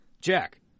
Jack